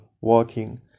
walking